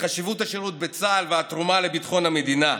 חשיבות השירות בצה"ל והתרומה לביטחון המדינה.